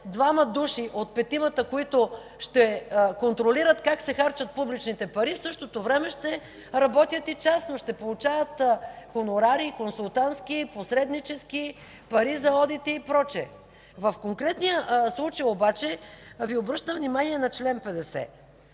двама души от петимата, които ще контролират как се харчат публичните пари, в същото време ще работят и частно, ще получават хонорари, консултантски, посреднически, пари за одити и прочие. В конкретния случай обаче Ви обръщам внимание на чл.